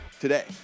today